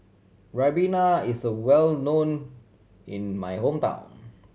Ribena is well known in my hometown